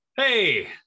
Hey